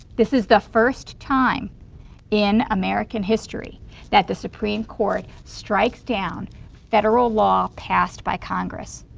this is the first time in american history that the supreme court strikes down federal law passed by congress.